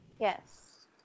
Yes